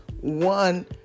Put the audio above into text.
one